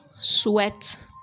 sweat